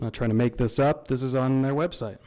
i'm not trying to make this up this is on their website